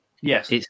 Yes